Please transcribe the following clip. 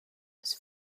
was